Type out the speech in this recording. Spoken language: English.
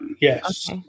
Yes